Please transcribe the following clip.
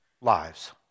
lives